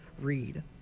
read